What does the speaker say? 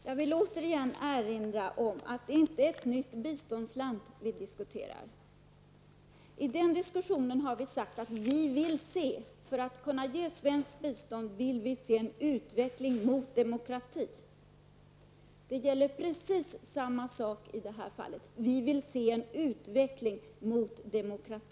Fru talman! Jag vill återigen erinra om att det inte är ett nytt biståndsland som vi diskuterar. För att man skall kunna ge svenskt bistånd vill vi se en utveckling mot demokrati. Det gäller precis samma sak i det här fallet.